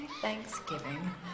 Thanksgiving